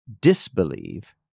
disbelieve